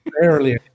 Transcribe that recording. Barely